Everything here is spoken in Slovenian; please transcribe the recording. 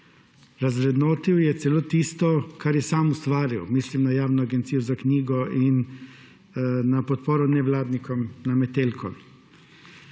Razvrednotil je celo tisto, kar je sam ustvarjal, mislim na Javno agencijo za knjigo in na podporo nevladnikom na Metelkovi.